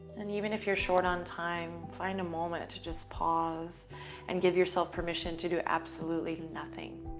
and even if you're short on time, find a moment to just pause and give yourself permission to do absolutely nothing.